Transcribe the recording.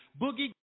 Boogie